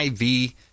IV